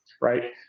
right